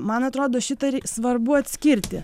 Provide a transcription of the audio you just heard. man atrodo šitą ir svarbu atskirti